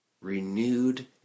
Renewed